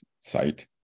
site